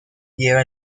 lleva